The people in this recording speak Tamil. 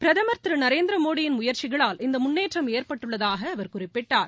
பிரதமர் திருநரேந்திரமோடியின் முயற்சிகளால் இந்தமுன்னேற்றம் ஏற்பட்டுள்ளதாகஅவர் குறிப்பிட்டார்